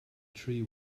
tree